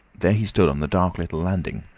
there he stood on the dark little landing,